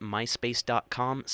myspace.com